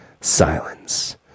silence